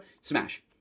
Smash